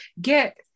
get